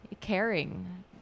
caring